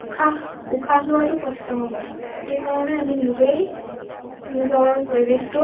উশাহ উশাহ লোৱাটো কষ্ট হ'ব সেইকাৰণে আমি নিজেই নিজৰ পৰিৱেশটো